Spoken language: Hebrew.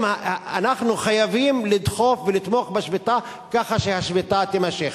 אנחנו חייבים לדחוף ולתמוך בשביתה כך שהשביתה תימשך.